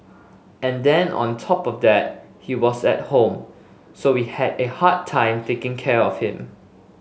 and then on top of that he was at home so we had a hard time taking care of him